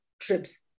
trips